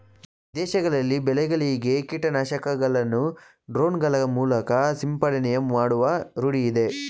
ವಿದೇಶಗಳಲ್ಲಿ ಬೆಳೆಗಳಿಗೆ ಕೀಟನಾಶಕಗಳನ್ನು ಡ್ರೋನ್ ಗಳ ಮೂಲಕ ಸಿಂಪಡಣೆ ಮಾಡುವ ರೂಢಿಯಿದೆ